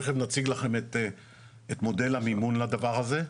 תיכף נציג לכם את מודל המימון לדבר הזה,